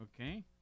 okay